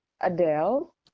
adele